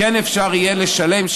כן אפשר יהיה לשלם,